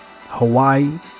Hawaii